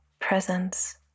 presence